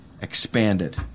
expanded